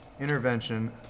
intervention